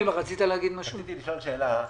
רציתי לשאול שאלה.